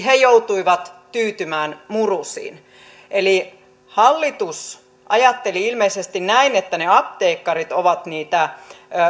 joutui tyytymään murusiin eli hallitus ajatteli ilmeisesti näin että ne apteekkarit ovat niitä